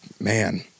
man